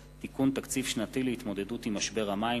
מאת חברי הכנסת דוד רותם,